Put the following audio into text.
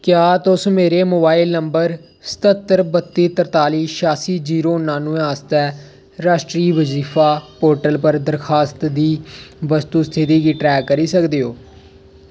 क्या तुस मेरे मोबाइल नंबर सत्हत्तर बत्ती तरताली छेआसी जीरो नानवैं आस्तै राश्ट्री बजीफा पोर्टल पर दरखास्त दी वस्तु स्थिति गी ट्रैक करी सकदे ओ